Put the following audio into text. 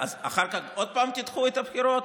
אז אחר כך עוד פעם תדחו את הבחירות?